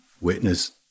witness